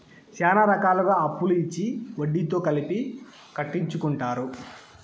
శ్యానా రకాలుగా అప్పులు ఇచ్చి వడ్డీతో కలిపి కట్టించుకుంటారు